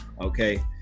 Okay